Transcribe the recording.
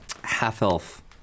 half-elf